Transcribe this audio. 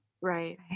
Right